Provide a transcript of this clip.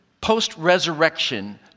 post-resurrection